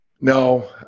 no